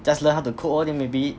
just learn how to cope lor then maybe